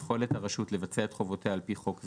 ביכולת הרשות לבצע את חובותיה על פי חוק זה,